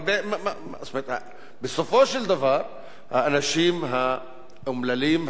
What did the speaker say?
אבל בסופו של דבר האנשים האומללים,